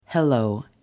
Hello